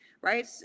right